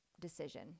decision